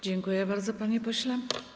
Dziękuję bardzo, panie pośle.